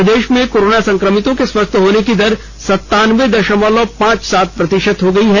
प्रदेश में कोरोना संकमितों के स्वस्थ होने की दर संतानबे दशमलव पांच सात प्रतिशत है